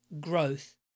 growth